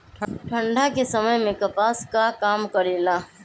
ठंडा के समय मे कपास का काम करेला?